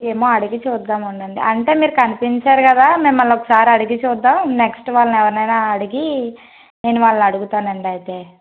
ఏమో అడిగి చూద్దామండి అంటే మీరు కనిపించారు కదా మిమ్మల్ని ఒకసారి అడిగి చూద్దాం నెక్స్ట్ వాళ్ళని ఏమైనా అడిగి నేను వాళ్ళని అడుగుతానండి అయితే